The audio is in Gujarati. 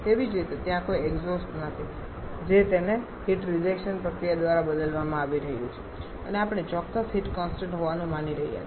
તેવી જ રીતે ત્યાં કોઈ એક્ઝોસ્ટ નથી જે તેને હીટ રિજેક્શન પ્રક્રિયા દ્વારા બદલવામાં આવી રહ્યું છે અને આપણે ચોક્કસ હીટ કોન્સટંટ હોવાનું માની રહ્યા છીએ